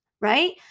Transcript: right